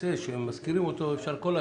הנושא שמזכירים אותו, אפשר כל השנה.